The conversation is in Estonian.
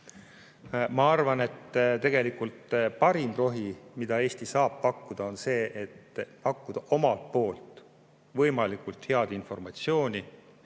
Ma arvan, et parim rohi, mida Eesti saab pakkuda, on pakkuda omalt poolt võimalikult head informatsiooni,